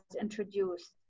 introduced